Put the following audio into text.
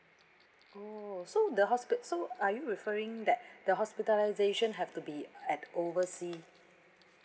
oh so the hosp~ so are you referring that the hospitalisation have to be at oversea